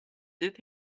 did